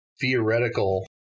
theoretical